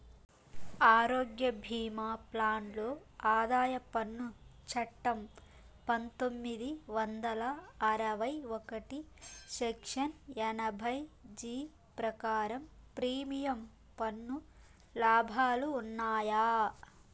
ఆరోగ్య భీమా ప్లాన్ లో ఆదాయ పన్ను చట్టం పందొమ్మిది వందల అరవై ఒకటి సెక్షన్ ఎనభై జీ ప్రకారం ప్రీమియం పన్ను లాభాలు ఉన్నాయా?